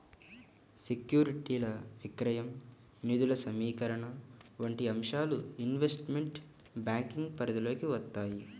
సెక్యూరిటీల విక్రయం, నిధుల సమీకరణ వంటి అంశాలు ఇన్వెస్ట్మెంట్ బ్యాంకింగ్ పరిధిలోకి వత్తాయి